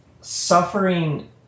suffering